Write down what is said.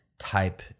type